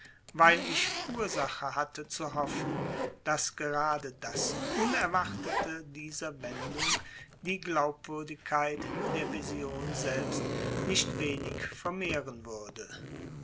weil ich ursache hatte zu hoffen daß gerade das unerwartete dieser wendung die glaubwürdigkeit der vision selbst nicht wenig vermehren würde